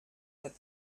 that